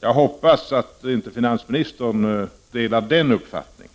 Jag hoppas dock att finansministern inte delar den uppfattningen.